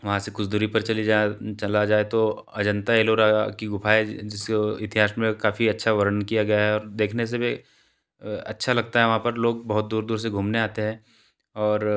वहाँ से कुछ दूरी पर चले जाएँ चला जाए तो वो अजंता एलोरा की गुफ़ाएँ जिसका इतिहास में काफ़ी अच्छा वर्णन किया गया है और देखने से भी अच्छा लगता है वहाँ पर लोग बहुत दूर दूर से घूमने आते हैं और